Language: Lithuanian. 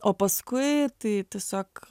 o paskui tai tiesiog